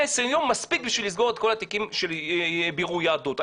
120 יום מספיק בשביל לסגור את כל התיקים של בירור יהדות.